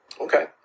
Okay